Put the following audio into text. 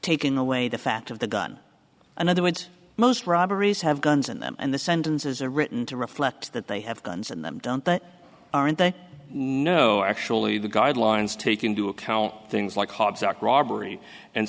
taking away the fat of the gun another went most robberies have guns in them and the sentences are written to reflect that they have guns in them done but aren't there no actually the guidelines take into account things like hobbs robbery and